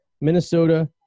minnesota